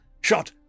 shot